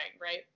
right